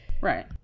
right